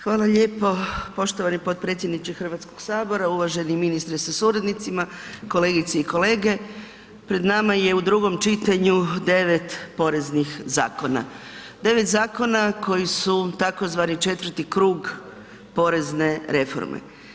Hvala lijepo poštovani potpredsjedniče HS, uvaženi ministri sa suradnicima, kolegice i kolege, pred nama je u drugom čitanju 9 poreznih zakona, 9 zakona koji su tzv. 4 krug porezne reforme.